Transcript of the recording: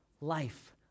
Life